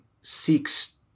seeks